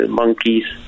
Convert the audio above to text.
monkeys